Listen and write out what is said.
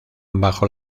bajo